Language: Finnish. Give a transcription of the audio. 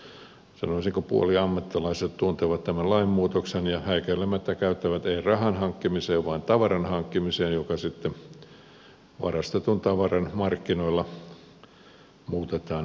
härskimmät sanoisinko puoliammattilaiset tuntevat tämän lainmuutoksen ja häikäilemättä käyttävät tätä ei rahan hankkimiseen vaan tavaran hankkimiseen joka sitten varastetun tavaran markkinoilla muutetaan rahaksi